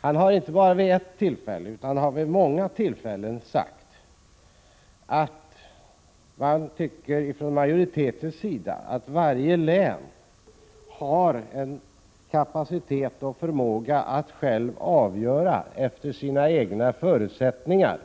Han har inte bara vid ett utan vid många tillfällen sagt att utskottsmajoriteten anser att varje län har kapacitet och förmåga att självt avgöra hur man där efter sina egna förutsättningar